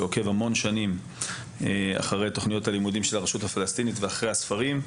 שעוקב המון שנים אחר תוכניות הלימודים של הרשות הפלסטינית ואחר הספרים.